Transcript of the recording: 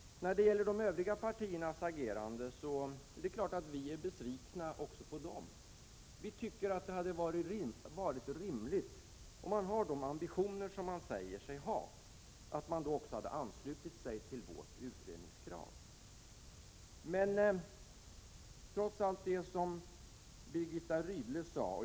När det gäller de övriga partiernas agerande är det klart att vi är besvikna också på dem. Vi tycker att det hade varit rimligt, om man har de ambitioner som man säger sig ha, att man då också hade anslutit sig till vårt utredningskrav.